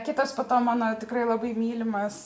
kitas po to mano tikrai labai mylimas